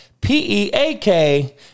P-E-A-K